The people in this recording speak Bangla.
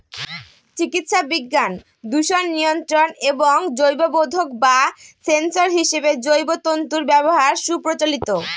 চিকিৎসাবিজ্ঞান, দূষণ নিয়ন্ত্রণ এবং জৈববোধক বা সেন্সর হিসেবে জৈব তন্তুর ব্যবহার সুপ্রচলিত